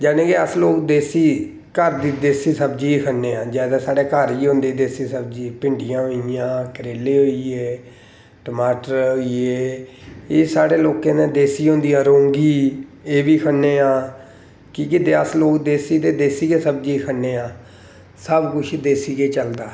जानी के अस लोग देसी घर दी देसी सब्जी गै खन्ने आं जैदा साढ़े घर इयो होंदी देसी सब्जी भिंडियां होई गेइयां जा करेले होई गे टमाटर होई गे एह् साढ़े लोकें दा जियां होई गेई रौंगी एह् बी खन्ने आं की के अस लोग देसी ते देसी सब्जी खन्ने आं सबकिश देसी गै चलदा